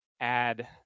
add